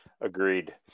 agreed